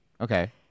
Okay